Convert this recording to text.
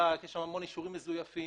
המון אישורים מזויפים.